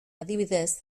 adibidez